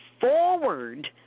forward